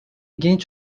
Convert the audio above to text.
genç